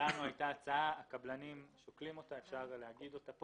לנו הייתה הצעה שהקבלנים שוקלים אותה.